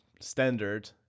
standard